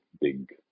big